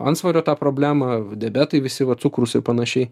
antsvorio tą problemą diabetai visi va cukrus ir panašiai